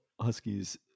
Huskies